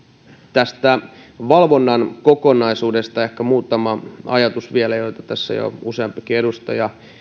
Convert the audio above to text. valvonnan kokonaisuudesta ehkä vielä muutama ajatus joista tässä myös jo useampikin edustaja